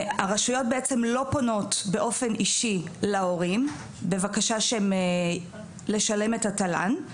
והרשויות בעצם לא פונות באופן אישי להורים בבקשה לשלם את התל"ן.